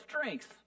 strengths